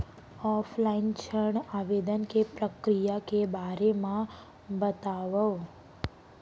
Offline ऋण आवेदन के प्रक्रिया के बारे म बतावव?